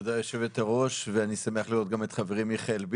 תודה ליושבת הראש וכן ליושב-ראש ועדת הכלכלה,